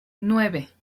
nueve